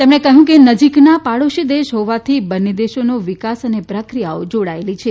તેમણે કહયું કે નજીકના પાડોશી દેશ હોવાથી બંને દેશોનો વિકાસ અને પ્રક્રિયાઓ જોડાયેલી છે